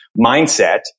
mindset